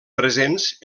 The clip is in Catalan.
presents